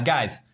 Guys